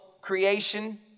creation